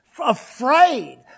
afraid